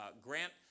Grant